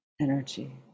energy